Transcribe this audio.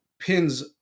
pins